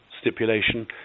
stipulation